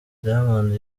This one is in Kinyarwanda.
diamond